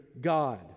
God